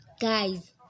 Guys